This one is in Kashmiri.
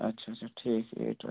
اچھا اچھا ٹھیٖک ریٹ آے